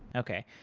okay.